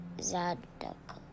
Zadok